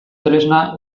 tresna